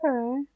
Okay